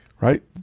right